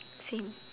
same